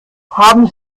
haben